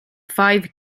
five